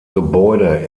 gebäude